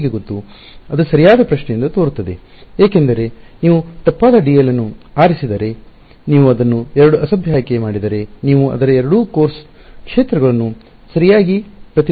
ಅದು ಸರಿಯಾದ ಪ್ರಶ್ನೆಯೆಂದು ತೋರುತ್ತದೆ ಏಕೆಂದರೆ ನೀವು ತಪ್ಪಾದ ಡಿಎಲ್ ಅನ್ನು ಆರಿಸಿದರೆ ನೀವು ಅದನ್ನು ಎರಡು ಅಸಭ್ಯ ಆಯ್ಕೆ ಮಾಡಿದರೆ ನೀವು ಅದರ ಎರಡು ಕೋರ್ಸ್ ಕ್ಷೇತ್ರಗಳನ್ನು ಸರಿಯಾಗಿ ಪ್ರತಿನಿಧಿಸುತ್ತಿಲ್ಲ ಎಂದರ್ಥ